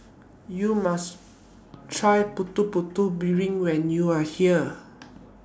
YOU must Try Putu Putu Piring when YOU Are here